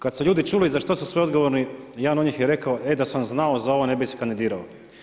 Kad su ljudi čuli za što su sve odgovorni, jedan od njih je rekao e da sam znao za ovo ne bih se kandidirao.